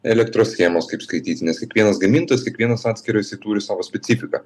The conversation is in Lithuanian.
elektros schemos kaip skaityti nes kiekvienas gamintojas kiekvienas atskirą jisai turi savo specifiką